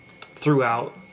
throughout